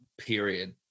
period